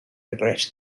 regret